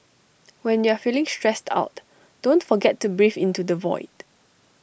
when you are feeling stressed out don't forget to breathe into the void